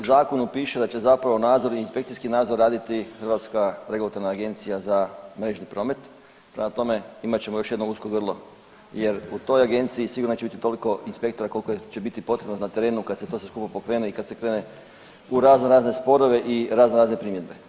u zakonu piše da će zapravo nadzor i inspekcijski nadzor raditi Hrvatska regulatorna agencija za mrežni promet, prema tome imat ćemo još jedno usko grlo jer u toj agenciji sigurno će biti toliko inspektora koliko će biti potrebno na terenu kad se to sve skupa pokrene i kad se krene u razno razne sporove i razno razne primjedbe.